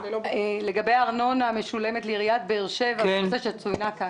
לגבי הארנונה המשולמת לעיריית באר שבע כפי שנאמר פה.